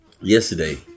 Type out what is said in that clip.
yesterday